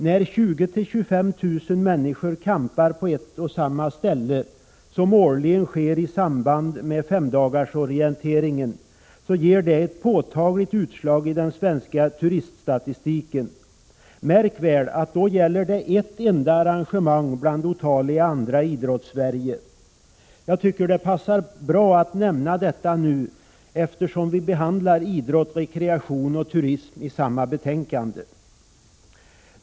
När 20 000 å 25 000 människor campar på ett och samma ställe såsom årligen sker i samband med femdagarsorienteringen, ger det ett påtagligt utslag i den svenska turiststatistiken. Märk väl att det då gäller ett enda arrangemang bland otaliga andra i Idrottssverige. Jag tycker att det passar bra att nämna detta nu, eftersom vi behandlar idrott, rekreation och turism i samma betänkande.